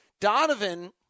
Donovan